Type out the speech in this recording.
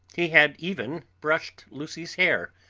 he had even brushed lucy's hair,